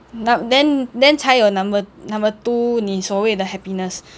then then 才有 number number two 你所谓的 happiness